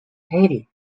haiti